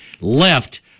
left